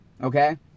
Okay